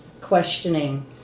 questioning